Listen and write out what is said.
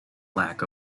lack